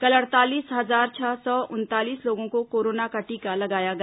कल अड़तालीस हजार छह सौ उनतालीस लोगों को कोरोना का टीका लगाया गया